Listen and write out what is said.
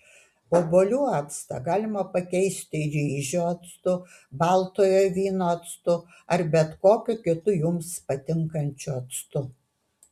obuolių actą galima pakeisti ryžių actu baltojo vyno actu ar bet kokiu kitu jums patinkančiu actu